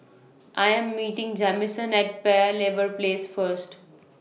I Am meeting Jamison At Paya Lebar Place First